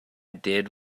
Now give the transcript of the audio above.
did